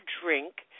drink